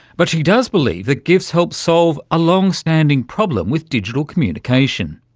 but she does believe that gifs help solve a long-standing problem with digital communication.